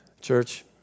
Church